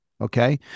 Okay